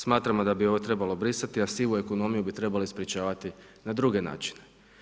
Smatramo da bi ovo trebalo brisati, a sivu ekonomiju bi trebali sprečavati na druge načine.